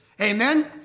Amen